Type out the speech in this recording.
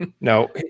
No